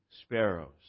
sparrows